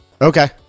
Okay